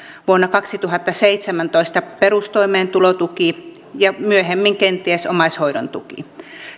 vuonna kaksituhattaseitsemäntoista perustoimeentulotuki ja myöhemmin kenties omaishoidon tuki